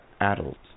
adults